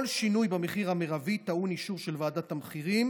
כל שינוי במחיר המרבי טעון אישור של ועדת המחירים